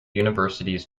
universities